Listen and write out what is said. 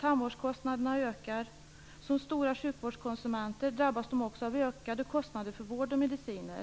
Tandvårdskostnaderna ökar. Som stora sjukvårdskonsumenter drabbas de också av ökade kostnader för vård och mediciner.